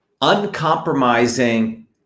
uncompromising